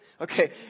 Okay